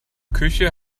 küche